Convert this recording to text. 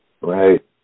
Right